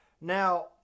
Now